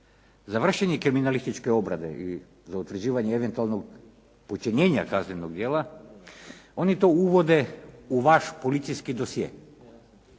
za vršenje kriminalističke obrade i za utvrđivanje eventualnog počinjenja kaznenog djela, oni to uvode u vaš policijski dosje.